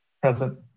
Present